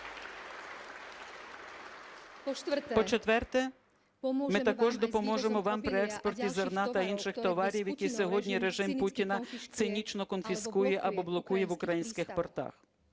По-четверте, ми також допоможемо вам при експорті зерна та інших товарів, які сьогодні режим Путіна цинічно конфіскує або блокує в українських портах.